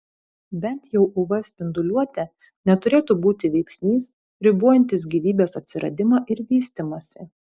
bent jau uv spinduliuotė neturėtų būti veiksnys ribojantis gyvybės atsiradimą ir vystymąsi